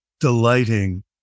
delighting